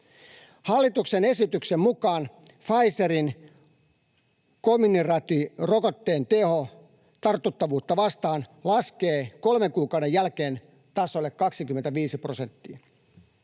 Hallituksen esityksen mukaan Pfizerin Comirnaty-rokotteen teho tartuttavuutta vastaan laskee kolmen kuukauden jälkeen tasolle 25 prosenttia.